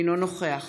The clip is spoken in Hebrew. אינו נוכח